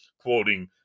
quoting